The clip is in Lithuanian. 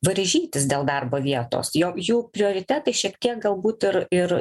varžytis dėl darbo vietos jo jų prioritetai šiek tiek galbūt ir ir